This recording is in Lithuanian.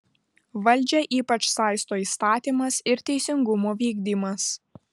valdžią ypač saisto įstatymas ir teisingumo vykdymas